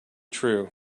true